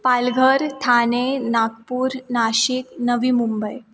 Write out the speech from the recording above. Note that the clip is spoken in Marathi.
पालघर ठाणे नागपूर नाशिक नवी मुंबई